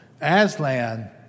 Aslan